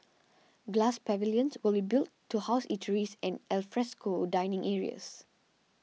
glass pavilions will be built to house eateries and alfresco dining areas